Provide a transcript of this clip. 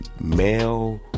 male